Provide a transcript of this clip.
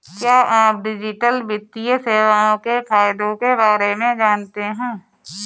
क्या आप डिजिटल वित्तीय सेवाओं के फायदों के बारे में जानते हैं?